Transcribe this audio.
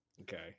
Okay